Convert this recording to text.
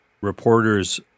reporters